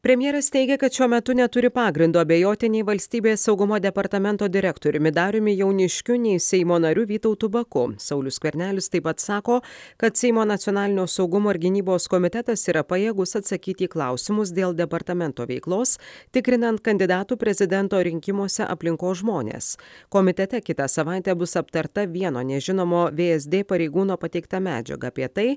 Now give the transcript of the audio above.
premjeras teigia kad šiuo metu neturi pagrindo abejoti nei valstybės saugumo departamento direktoriumi dariumi jauniškiu nei seimo nariu vytautu baku saulius skvernelis taip pat sako kad seimo nacionalinio saugumo ir gynybos komitetas yra pajėgus atsakyti į klausimus dėl departamento veiklos tikrinant kandidatų prezidento rinkimuose aplinkos žmones komitete kitą savaitę bus aptarta vieno nežinomo vsd pareigūno pateikta medžiaga apie tai